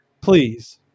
Please